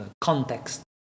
context